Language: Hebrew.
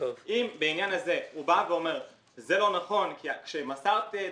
אם בעניין הזה הוא בא ואומר שזה לא נכון כי כשמסרתי את